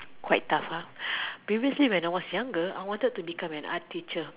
quite tough ah previously when I was younger I want to be an art teacher